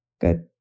Good